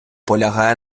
полягає